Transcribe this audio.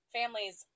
families